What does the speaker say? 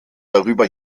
darüber